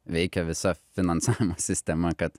veikia visa finansavimo sistema kad